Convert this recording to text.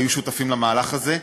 והיו שותפים למהלך הזה.